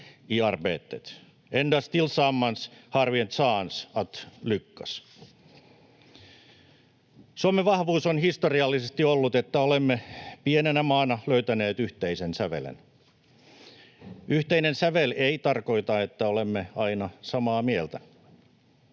Suomen vahvuus on historiallisesti ollut, että olemme pienenä maana löytäneet yhteisen sävelen. Yhteinen sävel ei tarkoita, että olemme aina samaa mieltä